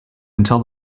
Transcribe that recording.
until